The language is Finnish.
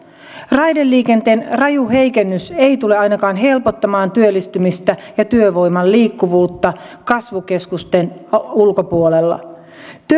raideliikenteen raju heikennys ei tule ainakaan helpottamaan työllistymistä ja työvoiman liikkuvuutta kasvukeskusten ulkopuolella